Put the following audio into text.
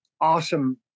awesome